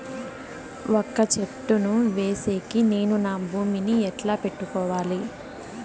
వక్క చెట్టును వేసేకి నేను నా భూమి ని ఎట్లా పెట్టుకోవాలి?